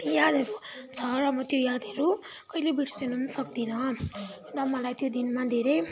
यादहरू छ र अब त्यो यादहरू कहिले बिर्सिन पनि सक्दिनँ र मलाई त्यो दिनमा धेरै